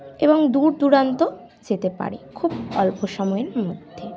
এবং দূরদূরান্ত যেতে পারি খুব অল্প সময়ের মধ্যে